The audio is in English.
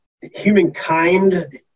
humankind